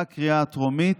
בקריאה הטרומית.